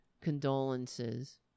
condolences